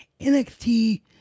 NXT